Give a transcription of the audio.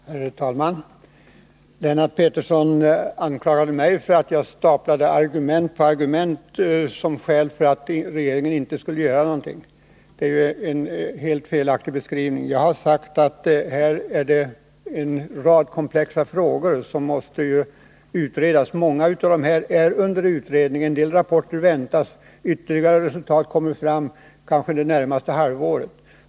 Herr talman! Lennart Pettersson anklagade mig för att jag staplade argument på argument för att regeringen inte skulle göra någonting. Detta är en helt felaktig beskrivning. Jag har sagt att det här rör sig om en rad komplexa frågor som måste utredas. Många av dem är under utredning och vissa rapporter väntas. Ytterligare resultat kommer kanske fram under det närmaste halvåret.